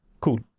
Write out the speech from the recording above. Cool